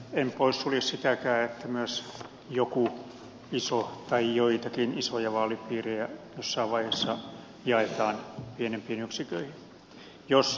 en poissulje sitäkään että myös joku iso tai joitakin isoja vaalipiirejä jossain vaiheessa jaetaan pienempiin yksiköihin jos ja kun se vaikuttaa demokratian toimivuuteen